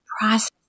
process